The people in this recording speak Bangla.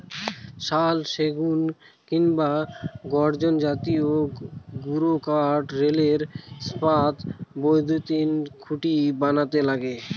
সেগুন, শাল কিংবা গর্জন জাতীয় গুরুকাঠ রেলের স্লিপার, বৈদ্যুতিন খুঁটি বানাতে লাগে